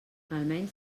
almenys